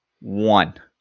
one